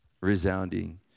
Resounding